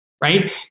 right